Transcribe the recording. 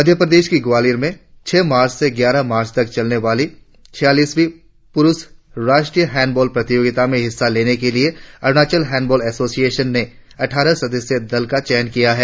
मध्य प्रदेश की ग्वालियर में छह मार्च से ग्यारह मार्च तक चलने वाली छियालसवीं पुरुष राष्ट्रीय हेंडबॉल प्रतियोगिता में हिस्सा लेने के लिए अरुणाचल हेंडबॉल एशोसियेशन ने अट्ठारह सदस्यीय दल का चयन किया है